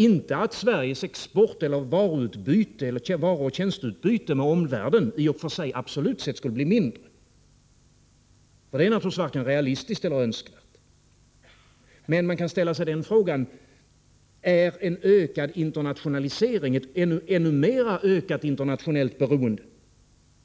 Inte så att Sveriges export eller varuoch tjänsteutbyte med omvärlden absolut sett skulle bli mindre, det är naturligtvis varken realistiskt eller önskvärt, men man kan fråga sig om ett ökat internationellt beroende